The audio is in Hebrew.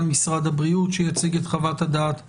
את נציג משרד הבריאות שיציג את חוות הדעת האפידמיולוגית.